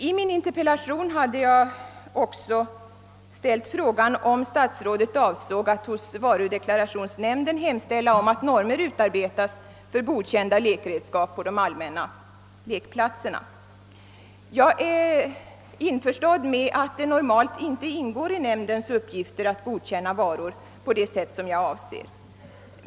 I min interpellation hade jag också ställt frågan, om statsrådet avsåg att hos varudeklarationsnämnden hemställa om att normer utarbetas för godkända lekredskap på de allmänna lekplatserna. Jag är införstådd med att det normalt inte ingår i nämndens uppgifter att godkänna varor på det sätt som jag avser.